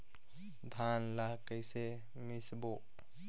धान ला कइसे मिसबो?